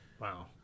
Wow